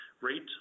rate